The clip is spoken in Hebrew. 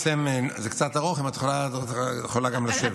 זה קצת ארוך, ואת יכולה גם לשבת.